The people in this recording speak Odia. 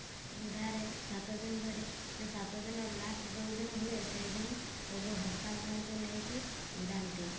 ଉଡ଼ାରେ ସାତଦିନ ଧରି ସେ ସାତଦିନ ଲାଷ୍ଟ୍ ଯେଉଁଦିନ ହୁଏ ସେହିଦିନ ସବୁ ଭକ୍ତାମାନଙ୍କୁ ନେଇକି ଉଡ଼ାନ୍ତି